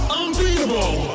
unbeatable